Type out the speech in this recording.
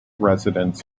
residence